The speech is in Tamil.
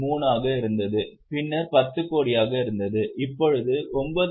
3 ஆக இருந்தது பின்னர் 10 கோடியாக இருந்தது இப்போது 9